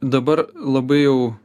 dabar labai jau